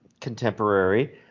contemporary